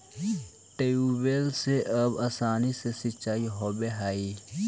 tubewell से अब आसानी से सिंचाई होवऽ हइ